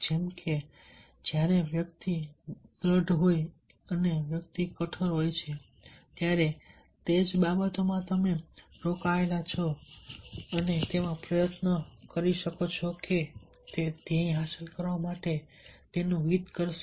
જેમ કે જ્યારે વ્યક્તિ દ્રઢતા હોય છે અને વ્યક્તિ કઠોર હોય છે ત્યારે તે જે બાબતોમાં તમે રોકાયેલા છો તેમાં પ્રયત્નો કરી શકે છે અને તે ધ્યેય હાંસલ કરવા માટે તેનું હિત કરશે